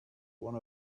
one